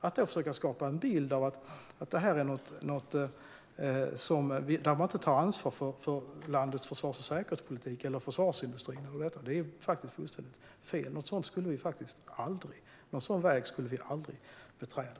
Att sedan skapa en bild av att man inte tar ansvar för landets försvars och säkerhetspolitik eller för försvarsindustrin är fullständigt fel. Någon sådan väg skulle vi aldrig beträda.